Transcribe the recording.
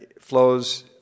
flows